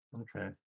okay